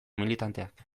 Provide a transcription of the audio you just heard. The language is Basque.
militanteak